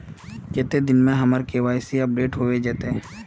कते दिन में हमर के.वाई.सी अपडेट होबे जयते?